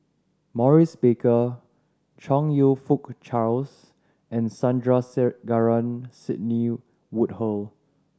Maurice Baker Chong You Fook Charles and Sandrasegaran Sidney Woodhull